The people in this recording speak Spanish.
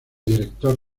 director